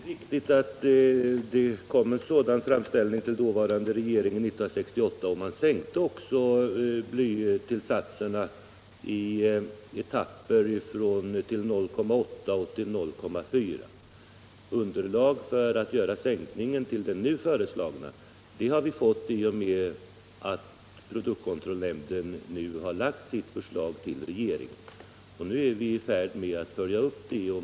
Herr talman! Det är riktigt att det år 1968 kom en sådan framställning till den dåvarande regeringen, och blytillsatserna sänktes också i etapper från 0,8 till 0,4 g/1. Underlag för en sänkning till den föreslagna halten har vi fått i och med att produktkontrollnämnden har lagt fram sitt förslag till regeringen, som är i färd med att följa upp det.